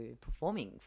performing